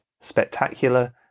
spectacular